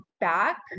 back